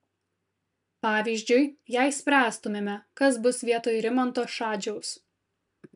pavyzdžiui jei spręstumėme kas bus vietoj rimanto šadžiaus